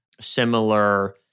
similar